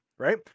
right